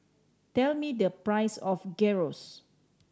tell me the price of Gyros